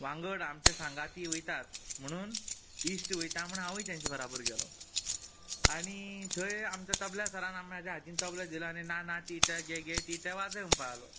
वांगड आमचे सांगाती वयतात म्हणून इश्ट वयता म्हणून हांवूंय तेंचे बराबर गेलो आनी थंय आमच्या तबला सरान म्हाज्या हातीन तबलो दिलो आनी ना ना टी ट गे गे टी ट वाजय म्हणपा लागलो